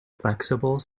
flexible